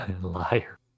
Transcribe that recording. Liar